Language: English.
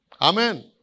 Amen